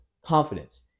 Confidence